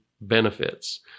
benefits